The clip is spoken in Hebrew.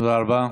תודה רבה.